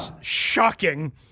Shocking